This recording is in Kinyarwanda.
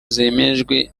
zemejwe